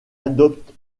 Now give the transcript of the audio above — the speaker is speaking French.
adopte